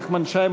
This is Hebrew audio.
נחמן שי,